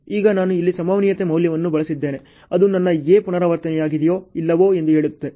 ಈಗ ನಾನು ಇಲ್ಲಿ ಸಂಭವನೀಯತೆ ಮೌಲ್ಯವನ್ನು ಬಳಸಲಿದ್ದೇನೆ ಅದು ನನ್ನ A ಪುನರಾವರ್ತನೆಯಾಗುತ್ತದೆಯೋ ಇಲ್ಲವೋ ಎಂದು ಹೇಳುತ್ತದೆ